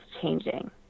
changing